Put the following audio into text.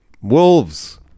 wolves